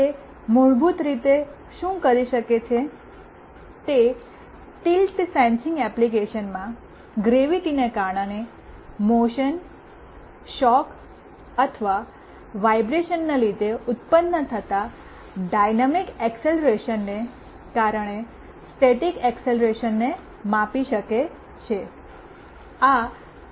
તે મૂળભૂત રીતે શું કરી શકે છે તે ટિલ્ટ સેન્સિંગ એપ્લિકેશન્સમાં ગ્રેવીટીને કારણે મોશનશોક અથવા વાઈબ્રેશનને લીધે ઉતપન્ન થતા ડાયનામિક એકસેલરેશનને કારણે સ્ટેટિક એકસેલરેશનને માપી શકે છે